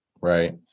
right